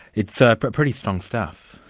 it's ah but pretty strong stuff.